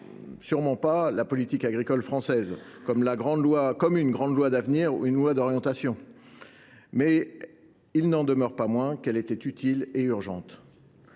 être pas la politique agricole française, comme une grande loi d’avenir ou d’orientation. Mais il n’en demeure pas moins qu’elle était utile et urgente.